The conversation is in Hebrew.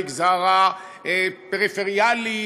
המגזר הפריפריאלי,